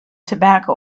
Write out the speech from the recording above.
tobacco